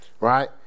right